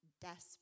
desperate